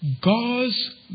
God's